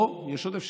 יש עוד אפשרות: